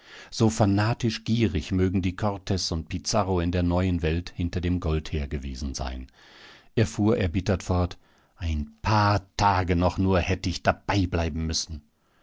so fanatisch gierig mögen die cortez und pizarro in der neuen welt hinter dem gold hergewesen sein er fuhr erbittert fort ein paar tage nur noch hätt ich dabei bleiben müssen